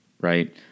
right